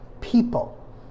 people